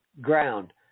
ground